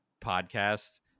podcast